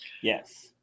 yes